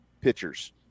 pitchers